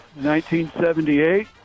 1978